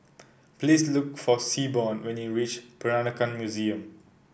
please look for Seaborn when you reach Peranakan Museum